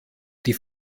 die